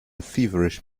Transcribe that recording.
feverish